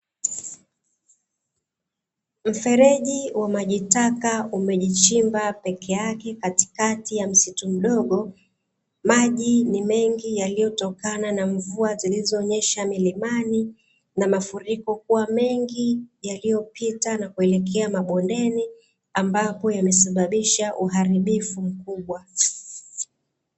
Mfereji wa maji taka umejichimba peke yake katikati ya msitu mdogo, maji ni mengi yaliyotokana na mvua zilizoonyesha milimani, na mafuriko kuwa mengi yaliyopita na kuelekea mabondeni, ambako yamesababisha uharibifu mkubwa.